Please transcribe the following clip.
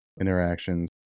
interactions